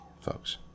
folks